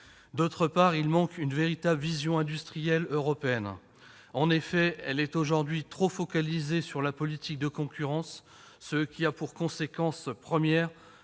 manque également une véritable vision industrielle européenne. En effet, l'Europe est aujourd'hui trop focalisée sur la politique de concurrence, ce qui a pour conséquence première